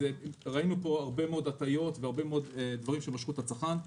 ראינו פה הרבה מאוד הטעיות והרבה מאוד דברים שמשכו את הצרכן.